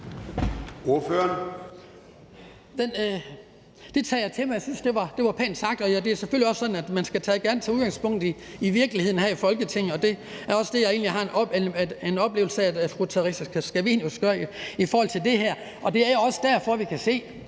Det tager jeg til mig. Jeg synes, det var pænt sagt, og det er selvfølgelig sådan, at man gerne skal tage udgangspunkt i virkeligheden her i Folketinget, og det er også det, jeg egentlig har en oplevelse af at fru Theresa Scavenius gør i forhold til det her. Det er også derfor, vi kan se,